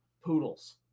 Poodles